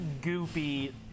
goopy